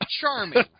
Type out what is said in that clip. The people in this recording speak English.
charming